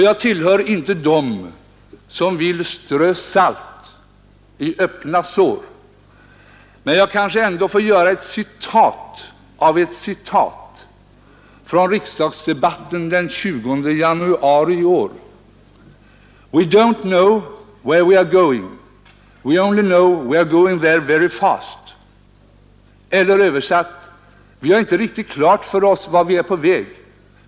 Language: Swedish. Jag tillhör inte dem som vill strö salt i öppna sår, men jag kanske ändock får göra ett citat av ett citat från riksdagsdebatten den 20 januari iår: ” ”We don't know where we are going! We only know we are going there very fast.” Eller översatt: Vi har inte riktigt klart för oss vart vi är på väg.